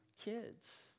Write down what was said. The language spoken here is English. kids